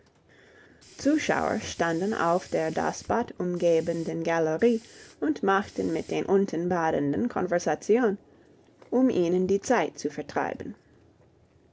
zuschauer standen auf der das bad umgebenden galerie und machten mit den unten badenden konversation um ihnen die zeit zu vertreiben